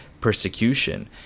persecution